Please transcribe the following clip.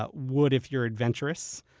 ah wood if you're adventurous.